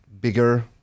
bigger